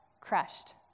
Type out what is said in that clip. crushed